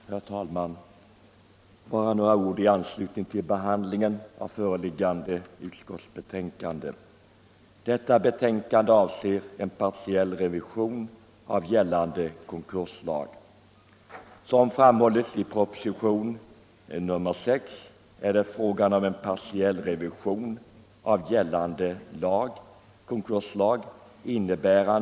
Herr talman! Jag vill bara anföra några ord i anslutning till behandlingen av föreliggande utskottsbetänkande. Som framhålles i propositionen 6 är det fråga om en partiell revision av gällande konkurslag.